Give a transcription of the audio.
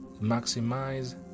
Maximize